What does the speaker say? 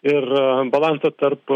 ir balansą tarp